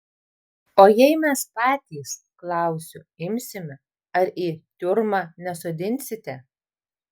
o jei mes patys klausiu imsime ar į tiurmą nesodinsite